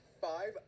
five